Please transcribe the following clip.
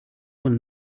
will